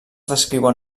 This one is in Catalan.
descriuen